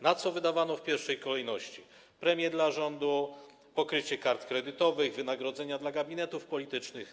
Na co wydawano w pierwszej kolejności: premie dla rządu, pokrycie kart kredytowych, wynagrodzenia dla gabinetów politycznych.